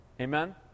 Amen